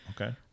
Okay